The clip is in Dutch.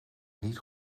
niet